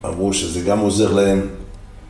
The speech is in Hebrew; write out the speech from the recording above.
ברור שזה גם עוזר להם.